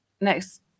Next